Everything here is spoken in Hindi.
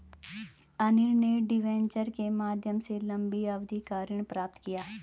अनिल ने डिबेंचर के माध्यम से लंबी अवधि का ऋण प्राप्त किया